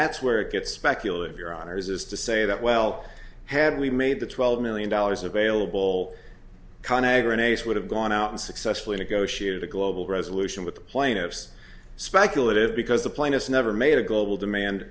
that's where it gets speculative your honour's is to say that well had we made the twelve million dollars available con agra ace would have gone out and successfully negotiated a global resolution with the plaintiffs speculative because the plainest never made a global demand